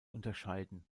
unterscheiden